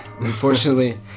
unfortunately